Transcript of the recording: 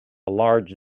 large